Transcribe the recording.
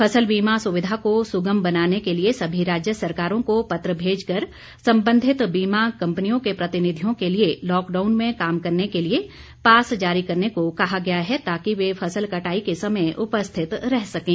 फसल बीमा सुविधा को सुगम बनाने के लिए सभी राज्य सरकारों को पत्र भेजकर संबंधित बीमा कंपनियों के प्रतिनिधियों के लिए लॉकडाउन में काम करने के लिए पास जारी करने को कहा गया है ताकि वे फसल कटाई के समय उपस्थित रह सकें